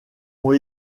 ont